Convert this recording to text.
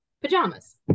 Pajamas